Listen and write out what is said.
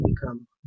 become